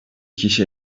kişi